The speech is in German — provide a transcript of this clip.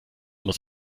muss